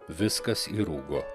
viskas įrūgo